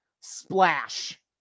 splash